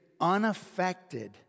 unaffected